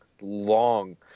long